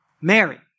Mary